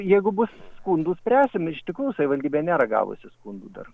jeigu bus skundų spręsim iš tikrų savivaldybė nėra gavusi skundų dar